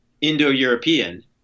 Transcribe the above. Indo-European